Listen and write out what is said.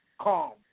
calm